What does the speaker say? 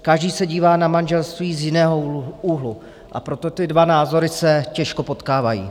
Každý se dívá na manželství z jiného úhlu, a proto ty dva názory se těžko potkávají.